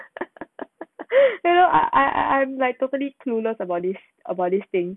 ya lor I I'm like totally clueless about this about this thing